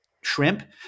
shrimp